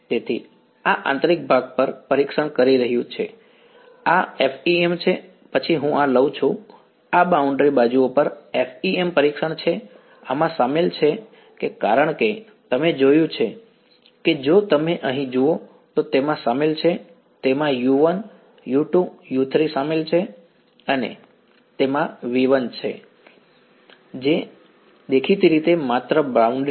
તેથી આ આંતરિક ભાગ પર પરીક્ષણ કરી રહ્યું છે આ FEM છે પછી હું આ લઉં છું આ બાઉન્ડ્રી બાજુઓ પર FEM પરીક્ષણ છે આમાં શામેલ છે કારણ કે તમે જોયું છે કે જો તમે અહીં જુઓ તો તેમાં સામેલ છે તેમાં u1 u2 u3 શામેલ છે અને તેમાં v1 શામેલ છે જે છે પર દેખીતી રીતે માત્ર બાઉન્ડ્રી પર